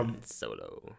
Solo